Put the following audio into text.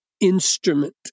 instrument